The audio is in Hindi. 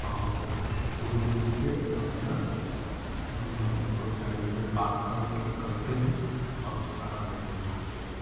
और घूम फिर के अपना और टाइम को पास कर करते हैं और उसका आनंद उठाते हैं